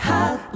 Hot